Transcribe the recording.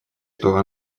что